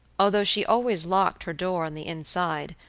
although she always locked her door on the inside,